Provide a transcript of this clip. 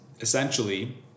essentially